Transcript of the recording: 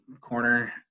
corner –